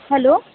hello